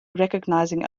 recognizing